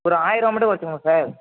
ஒரு ஆயரருவா மட்டும் குறைச்சிக்கோங்க சார்